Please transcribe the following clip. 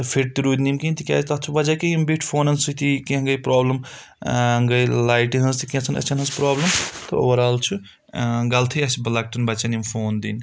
تہٕ فِٹ تہِ روٗدۍ نِمہٕ کِہیٖنۍ تِکیازِ تتھ چھُ وجہ کہِ یِم بیٹھۍ فونَن سۭتی کینٛہہ گٔے پرابلمِ گٔے لایِٹہِ ہٕنٛز تہِ کینٛژھَن أچھَن ہٕنٛز پرابلِم تہٕ اوٚوَرآل چھُ غلطٕے اَسہِ لَکٹؠن بَچَن یِم فون دِنۍ